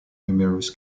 numerous